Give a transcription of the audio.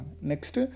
Next